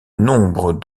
nombre